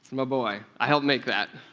my boy i helped make that.